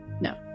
No